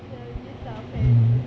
ya missed our ferry